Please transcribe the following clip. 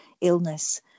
illness